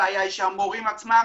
הבעיה שהמורים עצמם